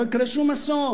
לא יקרה שום אסון,